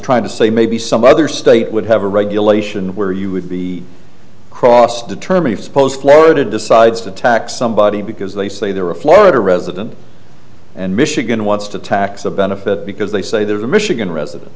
trying to say maybe some other state would have a regulation where you would be cross determine if suppose florida decides to tax somebody because they say they're a florida resident and michigan wants to tax a benefit because they say there's a michigan resident